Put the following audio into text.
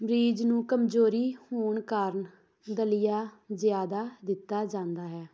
ਮਰੀਜ਼ ਨੂੰ ਕਮਜ਼ੋਰੀ ਹੋਣ ਕਾਰਨ ਦਲੀਆ ਜ਼ਿਆਦਾ ਦਿੱਤਾ ਜਾਂਦਾ ਹੈ